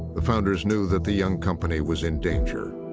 the founders knew that the young company was in danger.